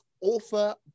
author